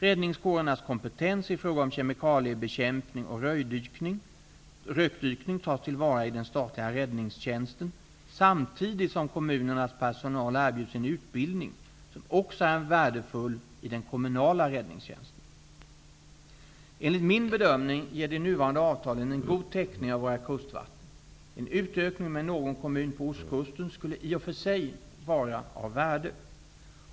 Räddningskårernas kompetens i fråga om kemikaliebekämpning och rökdykning tas till vara i den statliga räddningstjänsten, samtidigt som kommunernas personal erbjuds en utbildning som också är värdefull i den kommunala räddningstjänsten. Enligt min bedömning ger de nuvarande avtalen en god täckning av våra kustvatten. En utökning med någon kommun på ostkusten skulle i och för sig vara av värde.